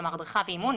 כלומר הדרכה ואימון,